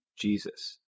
Jesus